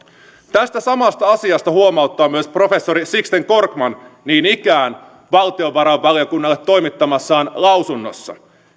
tästä samasta asiasta huomauttaa myös professori sixten korkman niin ikään valtiovarainvaliokunnalle toimittamassaan lausunnossa